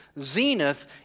zenith